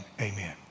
Amen